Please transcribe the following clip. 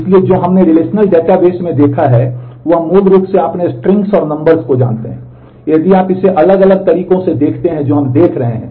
इसलिए जो हमने रिलेशनल डेटाबेस में देखा है वह मूल रूप से आप अपने स्ट्रिंग्स लिख रहे हैं